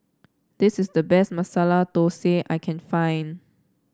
this is the best Masala Dosa I can find